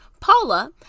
Paula